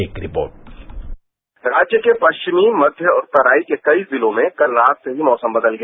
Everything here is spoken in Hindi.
एक रिपोर्ट राज्य के पश्चिमी मध्य और तराई के कई जिलों में कल रात से ही मौसम बदल गया